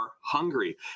hungry